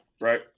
right